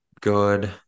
good